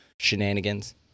shenanigans